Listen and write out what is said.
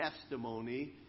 testimony